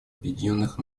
объединенных